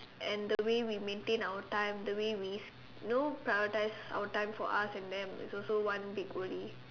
and the way we maintain our time the way we you know prioritize our time for us and them is also one big worry